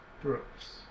Brooks